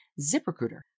ZipRecruiter